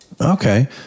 Okay